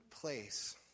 place